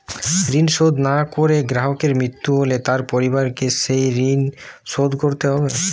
ঋণ শোধ না করে গ্রাহকের মৃত্যু হলে তার পরিবারকে সেই ঋণ শোধ করতে হবে?